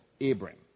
Abraham